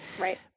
Right